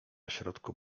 środku